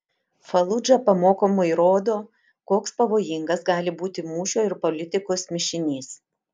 faludža pamokomai rodo koks pavojingas gali būti mūšio ir politikos mišinys